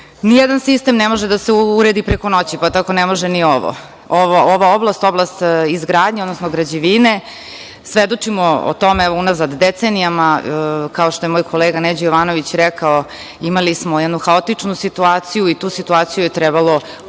nijedan sistem ne može da se uredi preko noći, pa tako ne može ni ova oblast, oblast izgradnje, odnosno građevine. Svedočimo o tome unazad decenijama. Kao što je moj kolega Neđo Jovanović rekao, imali smo jednu haotičnu situaciju i tu situaciju je trebalo